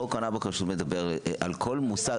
חוק הונאה בכשרות מדבר על כל מושג.